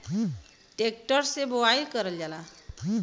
tractor से बोवाई करल जाला